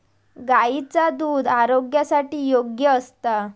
गायीचा दुध आरोग्यासाठी योग्य असता